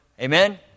Amen